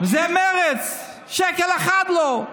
זה מרצ, שקל אחד לא.